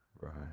Right